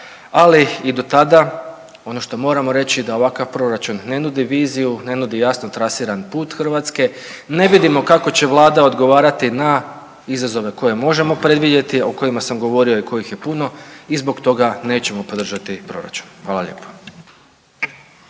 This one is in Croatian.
ali i do tada ono što moramo reći da ovakav proračun ne nudi viziju, ne nudi jasno trasiran put Hrvatske, ne vidimo kako će vlada odgovarati na izazove koje možemo predvidjeti, a o kojima sam govorio i kojih je puno i zbog toga nećemo podržati proračun. Hvala lijepo.